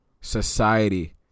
Society